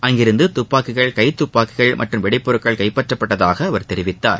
அங்கிருந்து துப்பாக்கிகள் கைத்துப்பாக்கிள் மற்றும் வெடிப்பொருள்கள் கைப்பற்றப்பட்டதாக அவர் தெரிவித்தார்